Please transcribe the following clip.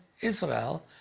Israel